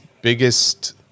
biggest